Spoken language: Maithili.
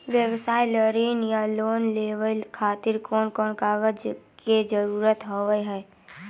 व्यवसाय ला ऋण या लोन लेवे खातिर कौन कौन कागज के जरूरत हाव हाय?